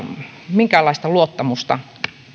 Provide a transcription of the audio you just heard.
minkäänlaista luottamusta